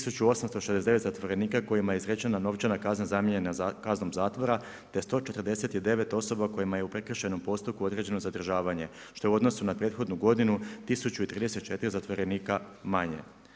1869 zatvorenika kojima je izrečena novčana kazna zamijenjena kaznom zatvora te 149 osoba kojima je u prekršajnom postupku određeno zadržavanje što je u odnosu na prethodnu godinu 1034 zatvorenika manje.